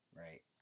right